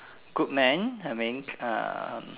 good man I mean um